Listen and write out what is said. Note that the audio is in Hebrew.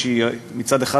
מצד אחד,